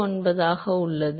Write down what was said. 99 ஆக உள்ளது